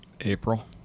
April